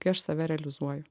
kai aš save realizuoju